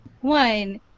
one